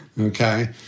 Okay